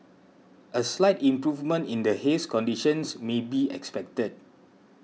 a slight improvement in the haze conditions may be expected